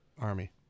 Army